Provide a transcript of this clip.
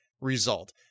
result